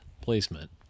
placement